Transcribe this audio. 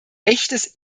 echtes